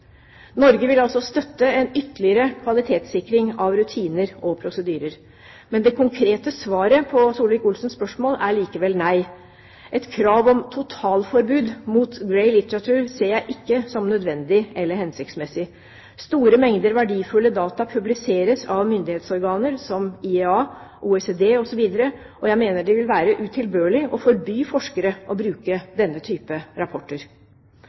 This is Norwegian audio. Norge vil altså støtte en ytterligere kvalitetssikring av rutiner og prosedyrer. Men det konkrete svaret på Solvik-Olsens spørsmål er likevel nei. Et krav om totalforbud mot «grey literature» ser jeg ikke som nødvendig eller hensiktsmessig. Store mengder verdifulle data publiseres av myndighetsorganer som IEA, OECD osv., og jeg mener det vil være utilbørlig å forby forskere å bruke denne typen rapporter.